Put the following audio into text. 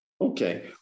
Okay